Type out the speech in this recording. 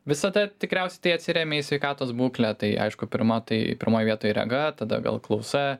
visada tikriausiai tai atsiremia į sveikatos būklę tai aišku pirma tai pirmoj vietoj rega tada gal klausa